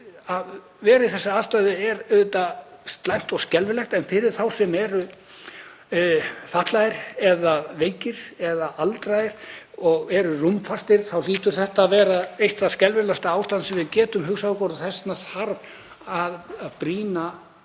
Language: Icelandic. að vera í þeirri aðstöðu er auðvitað slæmt og skelfilegt, en fyrir þá sem eru fatlaðir eða veikir eða aldraðir og eru rúmfastir þá hlýtur þetta að vera eitt það skelfilegasta ástand sem við getum hugsað okkur. Þess vegna þarf að brýna